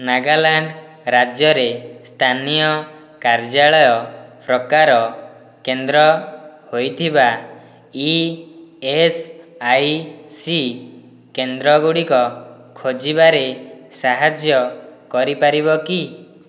ନାଗାଲାଣ୍ଡ୍ ରାଜ୍ୟରେ ସ୍ଥାନୀୟ କାର୍ଯ୍ୟାଳୟ ପ୍ରକାର କେନ୍ଦ୍ର ହୋଇଥିବା ଇଏସ୍ଆଇସି କେନ୍ଦ୍ରଗୁଡ଼ିକ ଖୋଜିବାରେ ସାହାଯ୍ୟ କରିପାରିବ କି